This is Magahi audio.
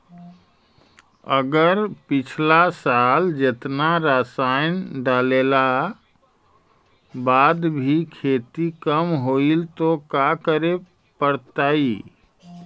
अगर पिछला साल जेतना रासायन डालेला बाद भी खेती कम होलइ तो का करे पड़तई?